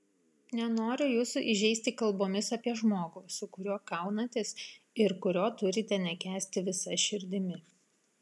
nenoriu jūsų įžeisti kalbomis apie žmogų su kuriuo kaunatės ir kurio turite nekęsti visa širdimi